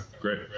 great